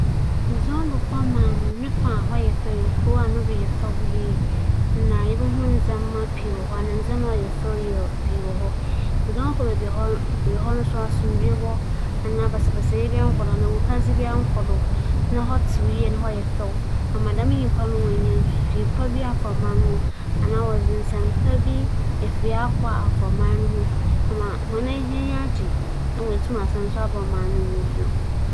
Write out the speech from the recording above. Nkyɛ meyɛ kwan kyerɛkyerɛfo bi ma aserafo a wͻaba kurow a m'enyi gye ho a ͻno nye Oguaa. Bea a odzi kan a menye hͻn bͻkͻ nye kakum pͻw mu. Hͻ no ͻyɛ ahoma a wͻdze asensan wimu wͻ pͻw kɛse no mu na nyimpa nantsew do. ͻyɛ enyika yie ntsi medze hͻn fi hͻ a, medze hͻn bͻkͻ Oguaa mpoano mma hͻ so yekotwitwa mfonyin. Ewimbir no menye hͻn bͻkͻ bea ewia no kͻtͻ a ͻkɛda no na ma woetwitwa mfonyin wͻ hͻ so.